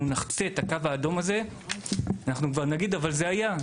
נחצה את הקו האדום הזה נוכל להגיד: "אם זה היה,